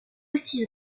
aussi